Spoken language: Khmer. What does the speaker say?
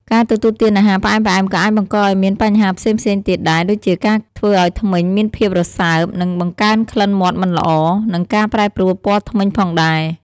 ការទទួលទានអាហារផ្អែមៗក៏អាចបង្កឱ្យមានបញ្ហាផ្សេងៗទៀតដែរ ដូចជាការធ្វើឱ្យធ្មេញមានភាពរសើប ការបង្កើនក្លិនមាត់មិនល្អ និងការប្រែប្រួលពណ៌ធ្មេញផងដែរ។